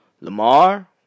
Lamar